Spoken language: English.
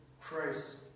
Christ